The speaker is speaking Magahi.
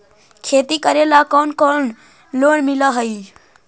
खेती करेला कौन कौन लोन मिल हइ?